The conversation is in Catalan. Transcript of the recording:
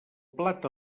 plat